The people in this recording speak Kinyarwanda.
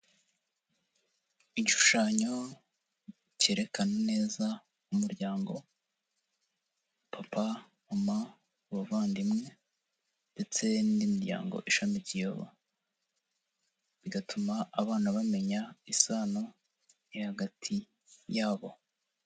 Igishushanyo cyerekana neza umuryango, papa, mama, n'abavandimwe, ndetse n'indi miryango ishamikiyeho. Bigatuma abana bamenya isano iri hagati yabo.